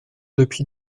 depuis